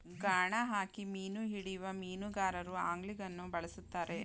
ಗಾಣ ಹಾಕಿ ಮೀನು ಹಿಡಿಯುವ ಮೀನುಗಾರರು ಆಂಗ್ಲಿಂಗನ್ನು ಬಳ್ಸತ್ತರೆ